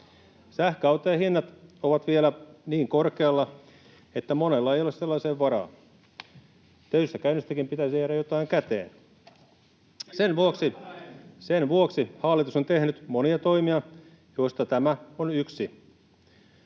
Sähköautojen hinnat ovat vielä niin korkealla, että monella ei ole sellaiseen varaa. Töissä käynnistäkin pitäisi jäädä jotain käteen. Sen vuoksi hallitus on tehnyt monia toimia, joista tämä on yksi.